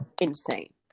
insane